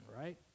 right